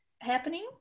happening